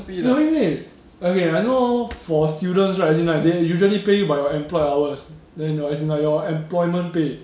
没有因为 okay I know for students right as in like they usually pay you by your employed hours then as in like your employment pay